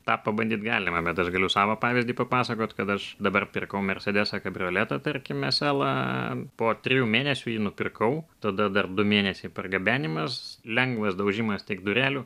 tą pabandyt galima bet aš galiu savo pavyzdį papasakoti kad aš dabar pirkau mersedesą kabrioletą tarkime eselą po trijų mėnesių jį nupirkau tada dar du mėnesiai pargabenimas lengvas daužimas tik durelių